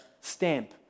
stamp